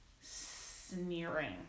sneering